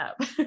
up